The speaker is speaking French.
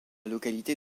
localité